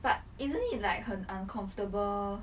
but isn't it like 很 uncomfortable